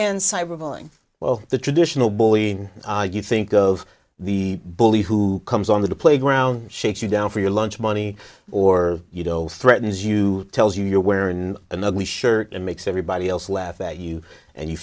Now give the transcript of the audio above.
bullying well the traditional bully you think of the bully who comes on the playground shakes you down for your lunch money or you know threatens you tells you you're wearing an ugly shirt and makes everybody else laugh at you and you